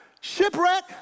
shipwreck